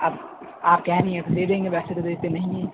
آپ آپ کہہ رہی ہیں تو دے دیں گے ویسے تو دیتے نہیں ہیں